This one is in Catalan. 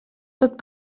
tot